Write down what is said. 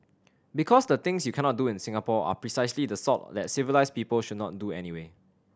because the things you cannot do in Singapore are precisely the sort that civilised people should not do anyway